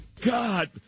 God